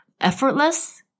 effortless